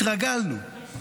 התרגלנו.